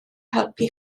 helpu